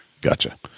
gotcha